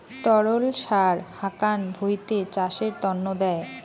তরল সার হাকান ভুঁইতে চাষের তন্ন দেয়